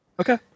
Okay